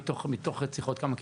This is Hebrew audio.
מתוך הרציחות, כמה כתבי אישום?